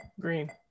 Green